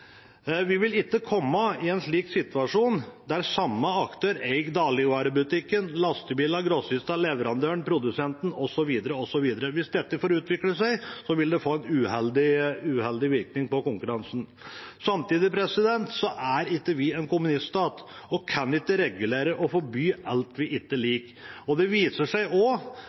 Vi vil ikke komme i en slik situasjon der samme aktør eier dagligvarebutikken, lastebilene, grossistene, leverandøren, produsenten osv. Hvis dette får utvikle seg, vil det få en uheldig virkning på konkurransen. Samtidig er vi ikke en kommuniststat og kan ikke regulere og forby alt vi ikke liker. Det viser seg